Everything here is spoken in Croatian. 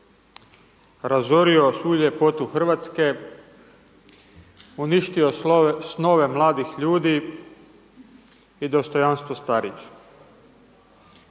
razorio svu ljepotu RH, uništio snove mladih ljudi i dostojanstvo starijih.